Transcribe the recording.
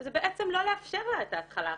זה בעצם לא לאפשר לה את ההתחלה החדשה,